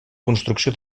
construcció